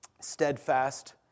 steadfast